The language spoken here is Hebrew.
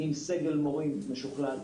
עם סגל מורים משוכלל,